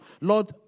Lord